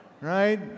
right